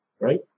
right